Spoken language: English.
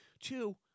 Two